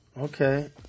Okay